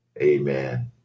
Amen